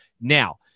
now